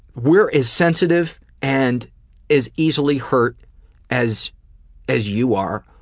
we're as sensitive and as easily hurt as as you are,